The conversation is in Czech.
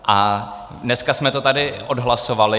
A dneska jsme to tady odhlasovali.